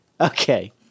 Okay